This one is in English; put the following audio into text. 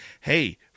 hey